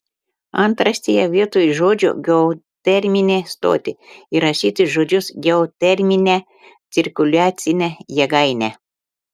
antraštėje vietoj žodžių geoterminę stotį įrašyti žodžius geoterminę cirkuliacinę jėgainę